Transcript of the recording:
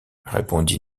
répondit